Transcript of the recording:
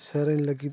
ᱥᱮᱨᱮᱧ ᱞᱟᱹᱜᱤᱫ